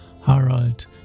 Harald